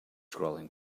crawling